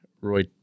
Roy